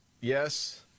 Yes